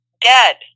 Dead